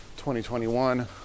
2021